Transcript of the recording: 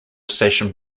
station